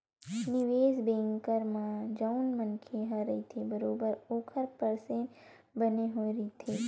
निवेस बेंकर म जउन मनखे ह रहिथे बरोबर ओखर परसेंट बने होय रहिथे